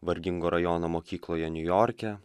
vargingo rajono mokykloje niujorke